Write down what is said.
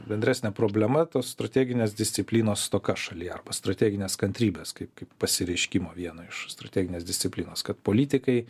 bendresnė problema tos strateginės disciplinos stoka šalyje arba strateginės kantrybės kaip kaip pasireiškimo vieno iš strateginės disciplinos kad politikai